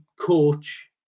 coach